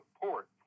support